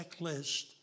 checklist